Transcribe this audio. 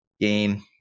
game